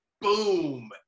boom